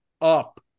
up